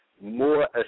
more